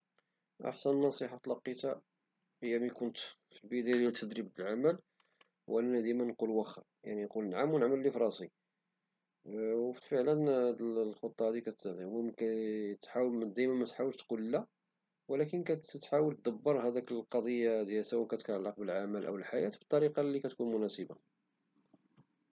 أحسن نصيحة تلقيتها هي ملي كنت في البداية ديال التدريب د العمل هو أنني دايما نقول وخا، نقل نعم ونعمل لي فراسي، وفعلا هد الخطة ديما كتعاون، تحاول متقولش لا وكلن كتحاول دبر الأمور لي كتعلق بالحياة أو العمل بطريقة لي كتكون مناسبة.